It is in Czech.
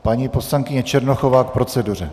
Paní poslankyně Černochová k proceduře.